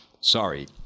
sorry